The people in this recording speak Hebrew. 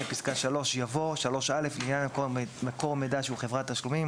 אחרי פסקה (3) יבוא: "(3א) לעניין מקור מידע שהוא חברת תשלומים